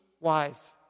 wise